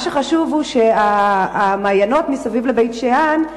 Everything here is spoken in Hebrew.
מה שחשוב הוא שהמעיינות מסביב לבית-שאן,